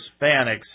Hispanics